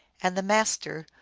and the master,